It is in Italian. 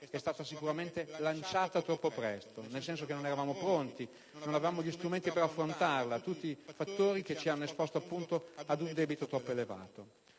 è stata sicuramente lanciata troppo presto, nel senso che non eravamo pronti, né avevamo gli strumenti per affrontarla, tutti fattori che ci hanno esposto ad un debito troppo elevato.